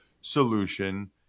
solution